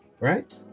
right